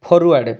forward